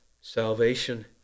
salvation